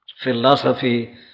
Philosophy